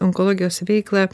onkologijos veiklą